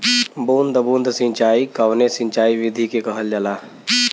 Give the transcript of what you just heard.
बूंद बूंद सिंचाई कवने सिंचाई विधि के कहल जाला?